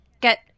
get